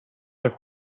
their